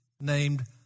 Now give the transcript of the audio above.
named